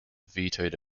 vetoed